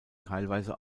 teilweise